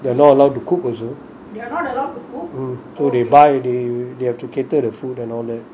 they're not allowed to cook mm so they buy they have to cater the food and all that